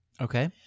Okay